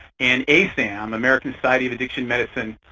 and asam, american society of addiction medicine,